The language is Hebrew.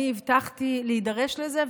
אני הבטחתי להידרש לזה,